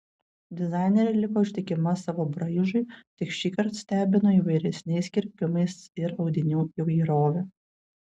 dizainerė liko ištikima savo braižui tik šįkart stebino įvairesniais kirpimais ir audinių įvairove